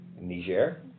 Niger